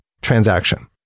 transaction